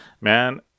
Man